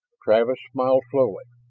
travis smiled slowly.